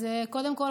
אז קודם כול,